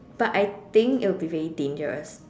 but I think it will be very dangerous